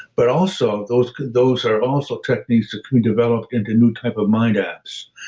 but also, those those are also techniques that can be developed into new types of mind apps.